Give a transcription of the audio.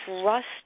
trust